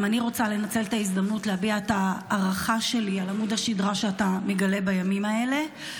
גם אני רוצה לנצל את ההערכה שלי על עמוד השדרה שאתה מגלה בימים האלה.